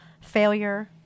failure